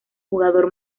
jugador